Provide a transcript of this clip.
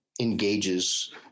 engages